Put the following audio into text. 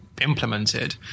implemented